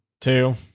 two